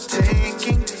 taking